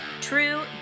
True